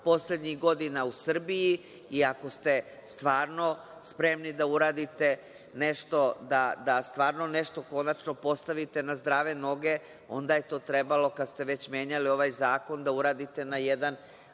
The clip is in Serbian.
poslednjih godina u Srbiji i ako ste stvarno spremni da uradite nešto, da stvarno nešto konačno postavite na zdrave noge, onda je to trebalo, kad ste već menjali ovaj zakon, da uradite na jedan